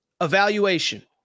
Evaluation